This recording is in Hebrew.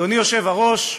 אדוני היושב-ראש,